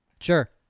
Sure